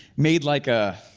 made like a